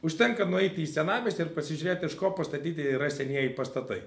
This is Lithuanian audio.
užtenka nueiti į senamiestį ir pasižiūrėt iš ko pastatyti yra senieji pastatai